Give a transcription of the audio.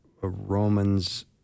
Romans